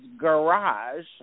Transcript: garage